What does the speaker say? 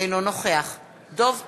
אינו נוכח דב חנין,